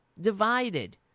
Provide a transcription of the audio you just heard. divided